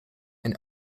and